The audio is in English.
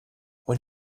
when